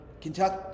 Kentucky –